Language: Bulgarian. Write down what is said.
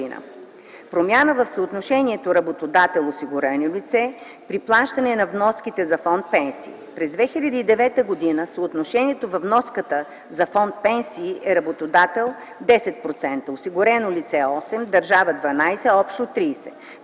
промяна в съотношението работодател : осигурено лице при плащането на вноските за Фонд „Пенсии”. През 2009 г. съотношението във вноската за Фонд „Пенсии” е работодател 10%, осигурено лице 8%, държава 12% - общо 30%.